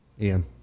Ian